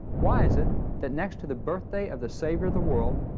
why is it that next to the birthday of the savior of the world,